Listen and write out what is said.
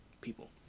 people